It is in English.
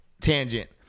tangent